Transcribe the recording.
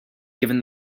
given